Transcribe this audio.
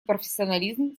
профессионализм